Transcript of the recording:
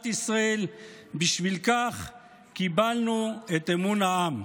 ישראל; בשביל כך קיבלנו את אמון העם.